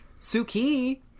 Suki